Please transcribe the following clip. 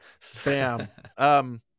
Spam